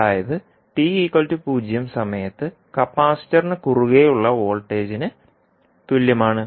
അതായത് ടി 0 സമയത്ത് കപ്പാസിറ്ററിന് കുറുകെ ഉളള വോൾട്ടേജിന് തുല്യമാണ്